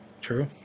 True